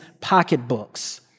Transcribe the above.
pocketbooks